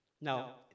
Now